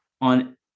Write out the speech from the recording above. on